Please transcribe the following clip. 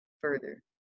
further